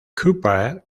cooper